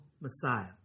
Messiah